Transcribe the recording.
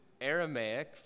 aramaic